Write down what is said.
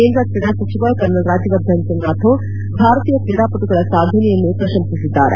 ಕೇಂದ್ರ ಕ್ರೀಡಾ ಸಚಿವ ಕರ್ನಲ್ ರಾಜ್ಯವರ್ಧನ್ಸಿಂಗ್ ರಾಥೋಡ್ ಭಾರತೀಯ ಕ್ರೀಡಾಪಟುಗಳ ಸಾಧನೆಯನ್ನು ಪ್ರಶಂಸಿಸಿದ್ದಾರೆ